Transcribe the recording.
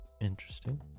interesting